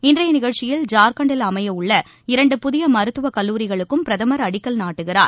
இன்றையை நிகழ்ச்சியில் ஜார்க்கண்டில் அமையவுள்ள இரண்டு புதிய மருத்துவக் கல்லூரிகளுக்கும் பிரதமர் அடிக்கல் நாட்டுகிறார்